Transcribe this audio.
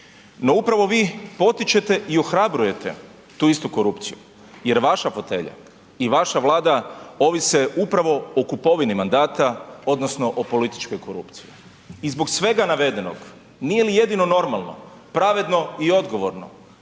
No upravo vi potičete i ohrabrujete tu istu korupciju jer vaša fotelja i vaša Vlada ovise upravo o kupovini mandata odnosno o političkoj korupciji. I zbog svega navedenog nije li jedino normalno, pravedno i odgovorno